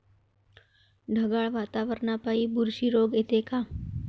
ढगाळ वातावरनापाई बुरशी रोग येते का?